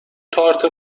تارت